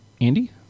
Andy